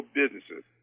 businesses